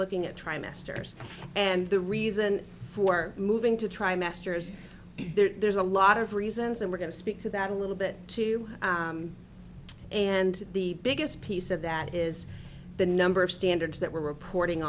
looking at trimesters and the reason for moving to try master's there's a lot of reasons and we're going to speak to that a little bit too and the biggest piece of that is the number of standards that we're reporting